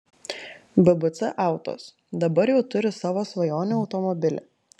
bbc autos dabar jau turi savo svajonių automobilį